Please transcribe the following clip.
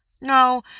No